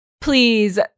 Please